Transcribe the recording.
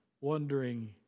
wondering